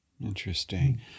interesting